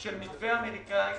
של מתווה אמריקאי